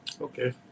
okay